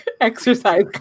exercise